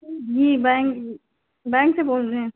जी bank bank से बोल रहे हैं